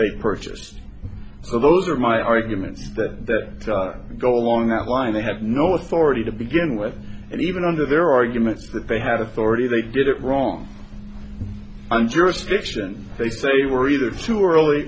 they purchase those are my arguments that go along that line they have no authority to begin with and even under their arguments that they had authority they did it wrong on jurisdiction they say were either too early